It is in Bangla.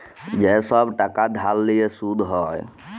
যে ছব টাকা ধার লিঁয়ে সুদ হ্যয়